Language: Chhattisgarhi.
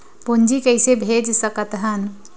पूंजी कइसे भेज सकत हन?